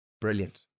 Brilliant